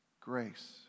grace